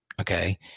Okay